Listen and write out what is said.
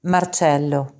Marcello